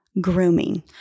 Grooming